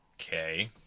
Okay